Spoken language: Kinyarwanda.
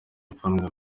ipfunwe